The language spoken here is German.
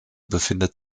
befindet